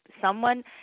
Someone-